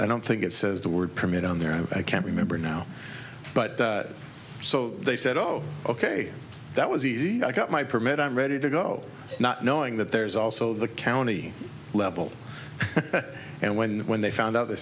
i don't think it says the word permit on there i can't remember now but so they said oh ok that was easy i got my permit i'm ready to go not knowing that there's also the county level and when the when they found out they